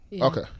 Okay